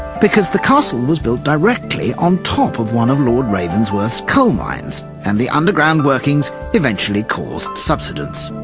because the castle was built directly on top of one of lord ravens worth's coal mines and the underground workings eventually caused subsidence.